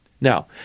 Now